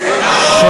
נגד יוני שטבון,